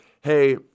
hey